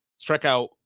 strikeout